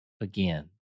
again